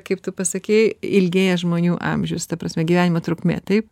kaip tu pasakei ilgėja žmonių amžius ta prasme gyvenimo trukmė taip